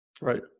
Right